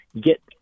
Get